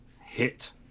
hit